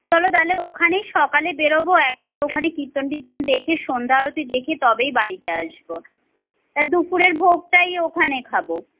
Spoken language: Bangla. চলো তাইলে ওখানে সকালে বেরবো একেবারে ওখানে কীর্তন তির্তন দেখে সন্ধ্যা আরতি দেখে তবেই বাড়িতে আসবো আর দুপুরের ভোগটাই ওখানে খাবো